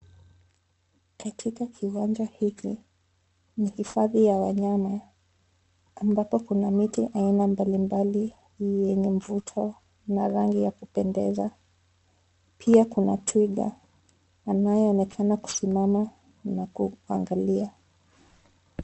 Katika kiwanja hiki, ni hifadhi ya wanyama. Ambapo kuna miti aina mbalimbali yenye mvuto na rangi ya kupendeza. Pia kuna twiga anayeonekana kusimama na kuangalia.